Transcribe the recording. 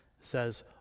says